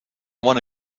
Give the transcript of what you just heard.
one